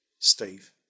Steve